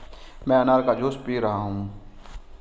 मैं अनार का जूस पी रहा हूँ